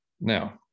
Now